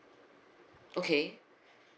okay